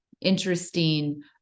interesting